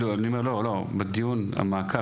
דיון המעקב,